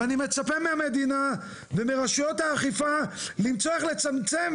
ואני מצפה מהמדינה ומרשויות האכיפה למצוא איך לצמצם